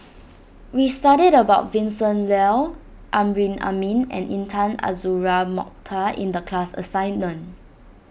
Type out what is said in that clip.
we studied about Vincent Leow Amrin Amin and Intan Azura Mokhtar in the class assignment